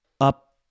up